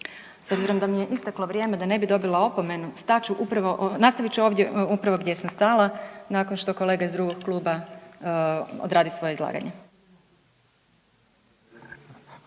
S obzirom da mi je isteklo vrijeme da ne bi dobila opomena nastavit ću upravo ovdje gdje sam stala nakon što kolega iz drugog kluba odradi svoje izlaganje.